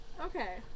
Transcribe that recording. Okay